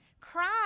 Cry